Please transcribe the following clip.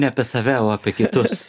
ne apie save o apie kitus